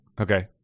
Okay